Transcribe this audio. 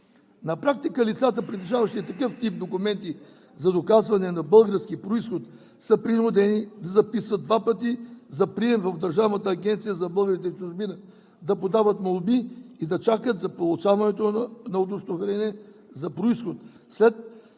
На практика лицата, притежаващи такъв тип документи за доказване на български произход, са принудени да се записват два пъти за прием в Държавната агенция за българите в чужбина, да подават молби и да чакат за получаването на удостоверение за произход,